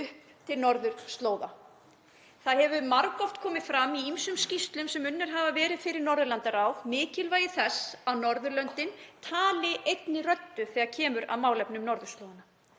til norðurslóða. Margoft hefur komið fram í ýmsum skýrslum sem unnar hafa verið fyrir Norðurlandaráð mikilvægi þess að Norðurlöndin tali einni röddu þegar kemur að málefnum norðurslóðanna.